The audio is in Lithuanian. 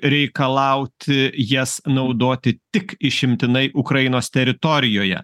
reikalauti jas naudoti tik išimtinai ukrainos teritorijoje